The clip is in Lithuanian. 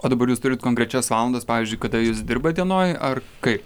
o dabar jūs turit konkrečias valandas pavyzdžiui kada jūs dirbat dienoj ar kaip